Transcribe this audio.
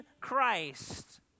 Christ